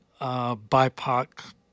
BIPOC